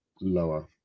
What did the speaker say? lower